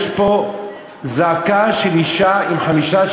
יש פה זעקה של אישה עם חמישה,